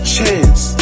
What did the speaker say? Chance